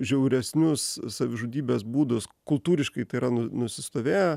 žiauresnius savižudybės būdus kultūriškai tai yra nu nusistovėję